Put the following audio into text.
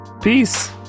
Peace